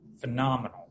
phenomenal